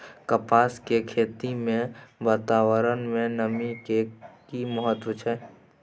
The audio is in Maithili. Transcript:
कपास के खेती मे वातावरण में नमी के की महत्व छै?